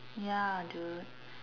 ya dude